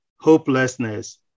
hopelessness